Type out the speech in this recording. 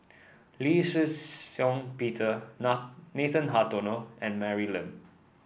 Lee Shih Shiong Peter Nathan Hartono and Mary Lim